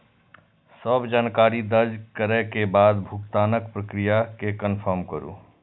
सब जानकारी दर्ज करै के बाद भुगतानक प्रक्रिया कें कंफर्म करू